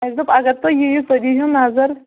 اَسہِ دوٚپ اَگر تُہۍ یِیِو تُہۍ دِیٖہِو نَظر